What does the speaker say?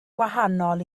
gwahanol